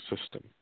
system